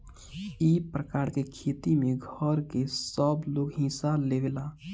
ई प्रकार के खेती में घर के सबलोग हिस्सा लेवेला